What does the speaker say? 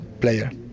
player